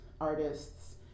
artists